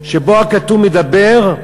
שבו הכתוב מדבר,